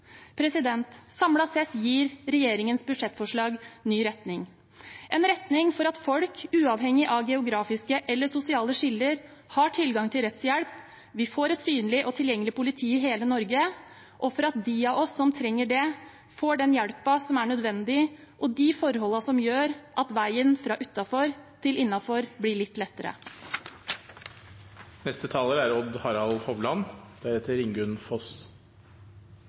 sett gir regjeringens budsjettforslag ny retning, en retning for at folk uavhengig av geografiske eller sosiale skiller har tilgang til rettshjelp. Vi får et synlig og tilgjengelig politi i hele Norge, slik at de av oss som trenger det, får den hjelpen som er nødvendig, og de forholdene som gjør at veien fra utenfor til innenfor blir litt lettere. Som eg sa i det første innlegget mitt, er